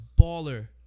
baller